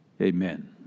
amen